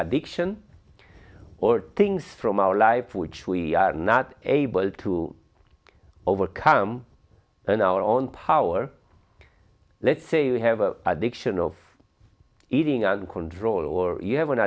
addiction or things from our life which we are not able to overcome in our own power let's say you have a addiction of eating out of control or you have an